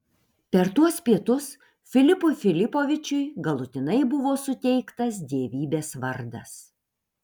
per tuos pietus filipui filipovičiui galutinai buvo suteiktas dievybės vardas